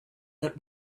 that